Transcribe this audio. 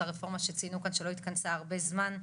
הרפורמה שציינו כאן שלא התכנסה הרבה זמן,